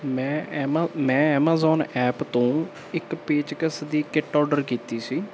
ਮੈਂ ਐਮਾ ਮੈਂ ਐਮਾਜੋਨ ਐਪ ਤੋਂ ਇੱਕ ਪੇਚਕਸ ਦੀ ਕਿੱਟ ਅੋਰਡਰ ਕੀਤੀ ਸੀ